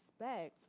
respect